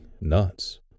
nuts